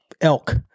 elk